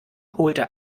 holte